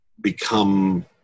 become